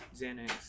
Xanax